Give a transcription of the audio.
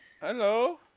Hello